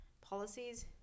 policies